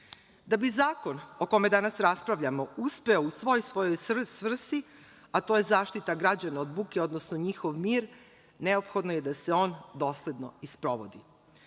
bi zakon o kome danas raspravljamo uspeo u svoj svojoj svrsi, a to je zaštita građana od buke, odnosno njihov mir, neophodno je da se on dosledno i sprovodi.